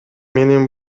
менин